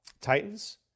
Titans